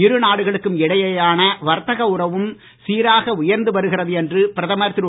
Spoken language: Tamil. இருநாடுகளுக்கும் இடையேயான வர்த்தக உறவும் சீராக உயர்ந்து வருகிறது என்று பிரதமர் திரு